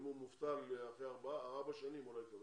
אם הוא מובטל ארבע שנים, הוא לא יקבל.